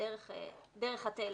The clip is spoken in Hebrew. דרך הטלפון,